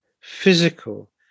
physical